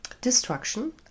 destruction